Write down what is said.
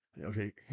Okay